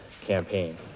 campaign